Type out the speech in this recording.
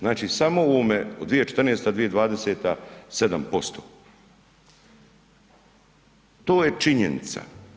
Znači, samo u ovome od 2014.-2020., 7%, to je činjenica.